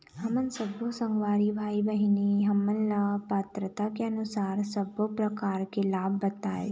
हमन सब्बो संगवारी भाई बहिनी हमन ला पात्रता के अनुसार सब्बो प्रकार के लाभ बताए?